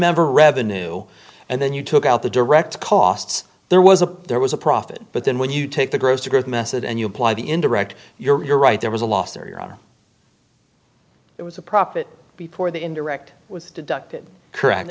nonmember revenue and then you took out the direct costs there was a there was a profit but then when you take the gross to growth message and you apply the indirect you're right there was a loss or your honor it was a profit before the indirect was deducted correct